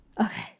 Okay